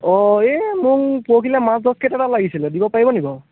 অ' এই মোক পৰহিলৈ মাছ দহ কেজিমান লাগিছিলে দিব পাৰিবনি বাৰু